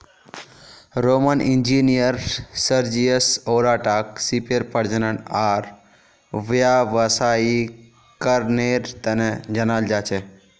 Roman engineer Sergius ओराटाक सीपेर प्रजनन आर व्यावसायीकरनेर तने जनाल जा छे